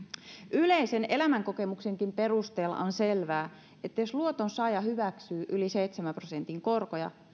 yleisen elämänkokemuksenkin perusteella on selvää että jos luotonsaaja hyväksyy yli seitsemän prosentin korkoja